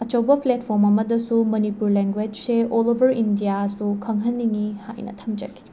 ꯑꯆꯧꯕ ꯄ꯭ꯂꯦꯠꯐꯣꯔꯝ ꯑꯃꯗꯁꯨ ꯃꯅꯤꯄꯨꯔ ꯂꯦꯡꯒ꯭ꯋꯦꯖꯁꯦ ꯑꯣꯜ ꯑꯣꯕꯔ ꯏꯟꯗ꯭ꯌꯥꯁꯨ ꯈꯪꯍꯟꯅꯤꯡꯉꯤ ꯍꯥꯏꯅ ꯊꯝꯖꯒꯦ